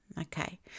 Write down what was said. Okay